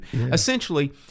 Essentially